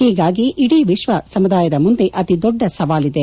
ಹೀಗಾಗಿ ಇಡೀ ವಿಕ್ವ ಸಮುದಾಯದ ಮುಂದೆ ಅತಿ ದೊಡ್ಡ ಸವಾಲಿದೆ